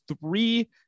three